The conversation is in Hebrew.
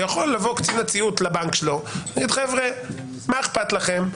ויכול לבוא קצין הציות לבנק שלו ולהגיד: מה אכפת לכם?